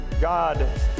God